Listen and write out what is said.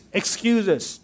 excuses